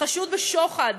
חשוד בשוחד,